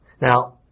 Now